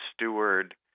steward